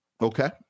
Okay